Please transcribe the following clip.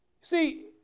See